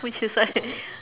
which is like